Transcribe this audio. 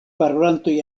parolantoj